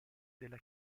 della